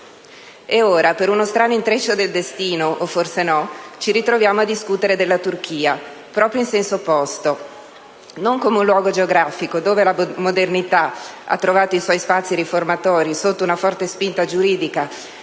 e ora, per uno strano intreccio del destino, o forse no, ci ritroviamo a discutere della Turchia proprio in senso opposto. Non come un luogo geografico dove la modernità ha trovato i suoi spazi riformatori sotto una forte spinta giuridica